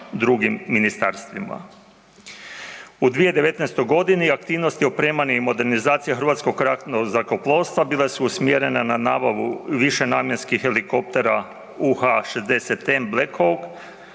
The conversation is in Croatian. sa drugim ministarstvima. U 2019. g. aktivnosti i opremanje i modernizacija Hrvatskog ratnog zrakoplovstva bile su usmjerene na nabavu višenamjenskih helikoptera UH-60-N Black Hawk,